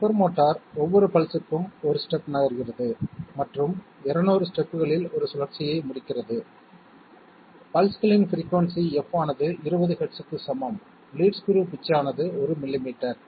stepper motor ஒவ்வொரு pulse க்கும் 1 step நகர்கிறது மற்றும் 200 ஸ்டெப்களில் 1 சுழற்சியை முடிக்கிறது பல்ஸ்களின் பிரிக்குயின்சி f ஆனது 20 ஹெர்ட்ஸுக்கு சமம் லீட் ஸ்க்ரூ பிட்ச் ஆனது 1 மில்லிமீட்டர்